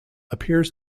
appears